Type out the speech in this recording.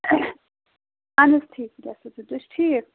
اَہن حظ ٹھیٖک پٲٹھۍ اَصٕل پٲٹھۍ تُہۍ چھِو ٹھیٖک